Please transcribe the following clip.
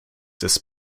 des